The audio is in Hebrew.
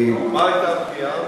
מה הייתה הפנייה?